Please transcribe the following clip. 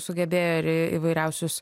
sugebėjo ir į įvairiausius